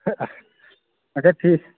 اچھا ٹھیٖک چھُ